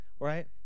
right